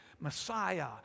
Messiah